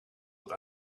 het